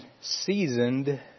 seasoned